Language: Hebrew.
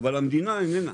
אבל המדינה איננה.